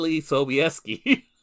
Sobieski